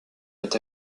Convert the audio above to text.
est